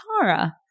Tara